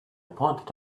pointed